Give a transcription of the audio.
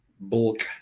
bulk